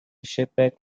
shipwreck